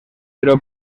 pero